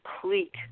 complete